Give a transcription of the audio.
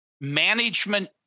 management